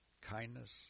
kindness